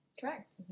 Correct